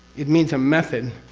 it means a method